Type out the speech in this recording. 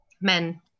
men